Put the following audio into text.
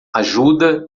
ajuda